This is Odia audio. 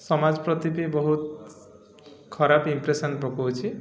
ସମାଜ ପ୍ରତିି ବି ବହୁତ ଖରାପ ଇମ୍ପ୍ରେସନ୍ ପକାଉଛି